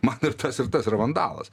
man ir tas ir tas yra vandalas